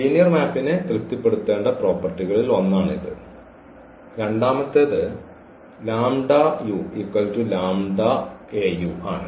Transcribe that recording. linear മാപ്പിനെ തൃപ്തിപ്പെടുത്തേണ്ട പ്രോപ്പർട്ടികളിൽ ഒന്നാണിത് രണ്ടാമത്തേത് ആണ്